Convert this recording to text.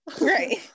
Right